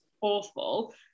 awful